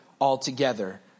altogether